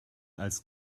als